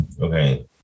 Okay